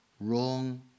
wrong